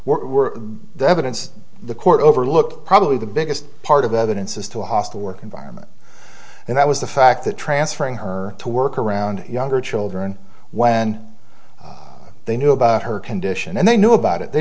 were the evidence the court overlooked probably the biggest part of the evidence as to a hostile work environment and that was the fact that transferring her to work around younger children when they knew about her condition and they knew about it they